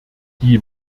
die